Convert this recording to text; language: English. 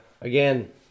again